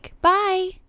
Bye